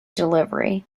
delivery